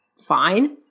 fine